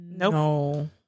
No